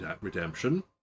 redemption